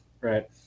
right